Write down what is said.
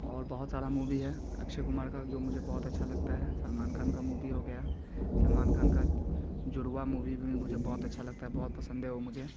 और बहुत सारा मूवी है अक्षय कुमार का जो मुझे बहुत अच्छा लगता है सलमान खान का मूवी हो गया सलमान खान का जुड़वा मूवी भी मुझे बहुत अच्छा लगता है बहुत पसंद है वो मुझे